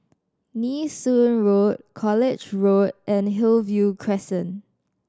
Nee Soon Road College Road and Hillview Crescent